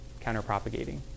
counterpropagating